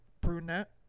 brunette